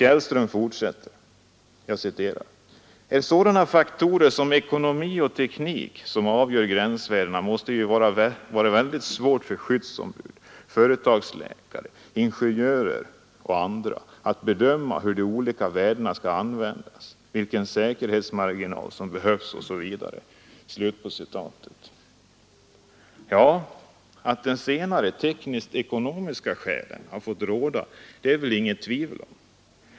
”Är det sådana faktorer som ekonomi och teknik som avgör gränsvärdena måste det vara väldigt svårt för skyddsombud, företagsläkare, ingenjörer o a att bedöma hur de olika värdena ska användas, vilken säkerhetsmarginal som behövs osv, ———.” Att de senare skälen, de teknisk-ekonomiska, har fått råda är det inget tvivel om.